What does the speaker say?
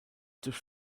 durch